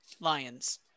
Lions